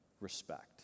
respect